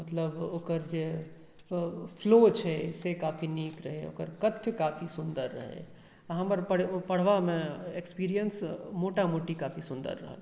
मतलब ओकर जे फ्लो छै से काफी नीक रहै ओकर तथ्य काफी सुंदर रहै हमर पढ़य मे हमर पढ़बा मे एक्सपीरियंस मोटा मोटी काफी सुन्दर रहल